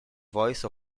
voice